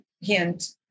Hint